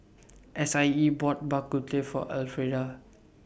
S I E bought Bak Kut Teh For Elfrieda